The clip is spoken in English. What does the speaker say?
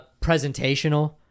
presentational